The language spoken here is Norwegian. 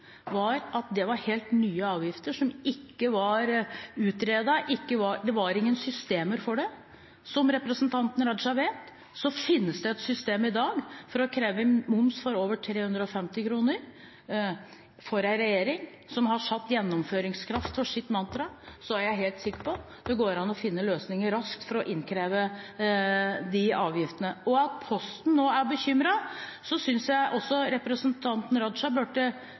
var helt nye avgifter som ikke var utredet, det var ingen systemer for det. Som representanten Raja vet, finnes det et system i dag for å kreve inn moms for varer over 350 kr. For en regjering som har hatt gjennomføringskraft som sitt mantra, er jeg helt sikker på at det går an å finne løsninger raskt for å innkreve de avgiftene. Når det gjelder at Posten nå er bekymret, synes jeg også representanten Raja burde